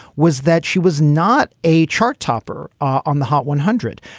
was that she was not a chart topper on the hot one hundred.